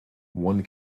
one